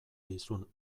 dizun